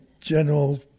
general